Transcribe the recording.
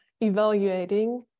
evaluating